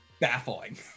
baffling